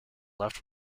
left